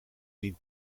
niet